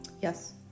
Yes